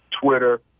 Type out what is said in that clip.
Twitter